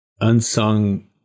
unsung